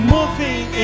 Moving